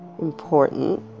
important